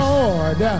Lord